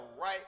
right